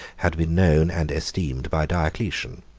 had been known and esteemed by diocletian.